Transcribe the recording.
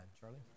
Charlie